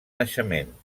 naixement